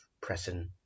pressing